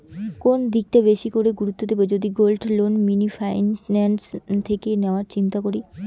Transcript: কোন দিকটা বেশি করে গুরুত্ব দেব যদি গোল্ড লোন মিনি ফাইন্যান্স থেকে নেওয়ার চিন্তা করি?